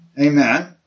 Amen